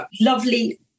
lovely